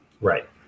Right